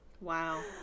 wow